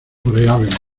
oreaba